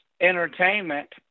entertainment